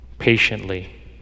patiently